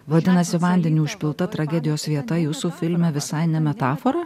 vadinasi vandeniu užpilta tragedijos vieta jūsų filme visai ne metafora